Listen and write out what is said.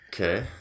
Okay